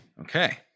Okay